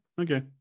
okay